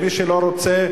מי שלא רוצה,